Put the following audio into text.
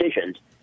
decisions